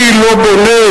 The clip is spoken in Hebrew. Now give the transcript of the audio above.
אני לא בונה,